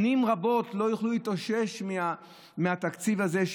שנים רבות לא יוכלו להתאושש מהתקציב הזה.